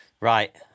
right